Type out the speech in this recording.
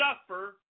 suffer